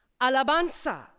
Alabanza